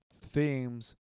Themes